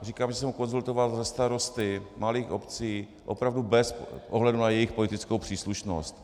Říkám, že jsem ho konzultoval se starosty malých obcí opravdu bez ohledu na jejich politickou příslušnost.